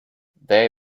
they